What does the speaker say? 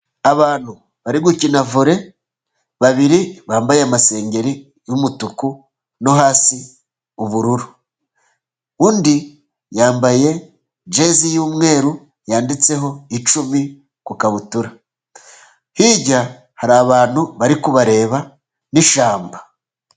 Abantu bari gukina vole babiri bambaye amasengeri y'umutuku no hasi ubururu, undi yambaye jezi y'umweru yanditseho icumi ku kabutura, hirya hari abantu bari kubareba n'ishyamba.